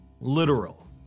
literal